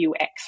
UX